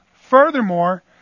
Furthermore